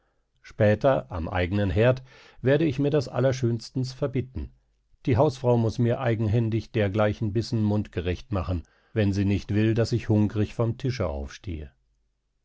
später am eigenen herd werde ich mir das allerschönstens verbitten die hausfrau muß mir eigenhändig dergleichen bissen mundgerecht machen wenn sie nicht will daß ich hungrig vom tische aufstehe